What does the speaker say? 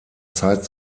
zeit